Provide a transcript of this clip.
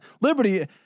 Liberty